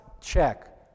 check